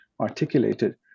articulated